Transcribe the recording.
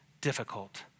difficult